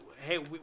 hey